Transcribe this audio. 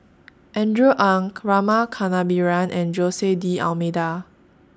Andrew Ang Rama Kannabiran and Jose D'almeida